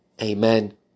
Amen